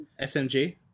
smg